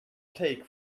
take